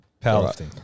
Powerlifting